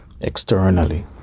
externally